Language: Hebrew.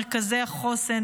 מרכזי החוסן,